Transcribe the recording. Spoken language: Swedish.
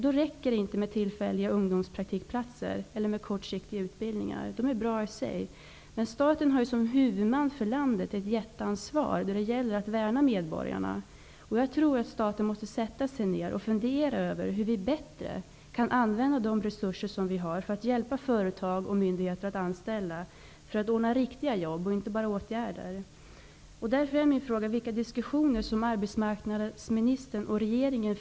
Då räcker det inte med tillfälliga ungdomspraktikplatser eller med kortsiktiga utbildningar. Dessa är bra i sig. Men staten som huvudman för landet har ett jättestort ansvar när det gäller att värna medborgarna. Jag tror att man från statens sida måste sätta sig ner och fundera över hur vi bättre kan använda de resurser vi har för att hjälpa företag och myndigheter att anställa, alltså ordna med riktiga jobb -- inte bara ordna med åtgärder.